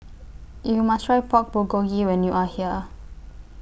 YOU must Try Pork Bulgogi when YOU Are here